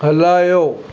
हलायो